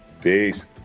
Peace